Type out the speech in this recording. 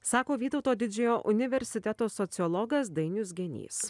sako vytauto didžiojo universiteto sociologas dainius genys